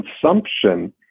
consumption